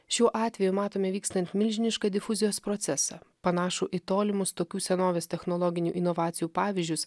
šiuo atveju matome vykstan milžinišką difuzijos procesą panašų į tolimus tokių senovės technologinių inovacijų pavyzdžius